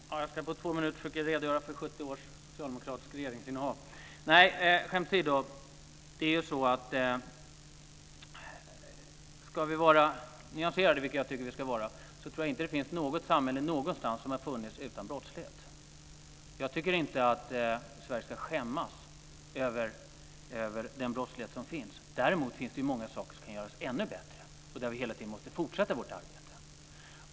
Fru talman! Jag skulle alltså på två minuter försöka redogöra för 70 års socialdemokratiskt regeringsinnehav. Nej, skämt åsido: Ska vi vara nyanserade, vilket jag tycker att vi ska vara, kan jag säga att jag inte tror att det har funnits något samhälle någonstans som har varit utan brottslighet. Jag tycker inte att Sverige ska skämmas över den brottslighet som finns. Däremot finns det många saker som kan göras ännu bättre, och där måste vi hela tiden fortsätta vårt arbete.